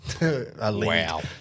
Wow